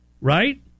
right